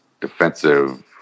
defensive